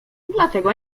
dlatego